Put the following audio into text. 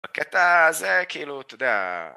בקטע הזה כאילו ת'יודע.